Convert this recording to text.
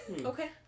Okay